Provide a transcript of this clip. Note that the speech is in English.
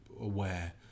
aware